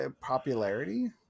popularity